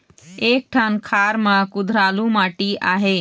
एक ठन खार म कुधरालू माटी आहे?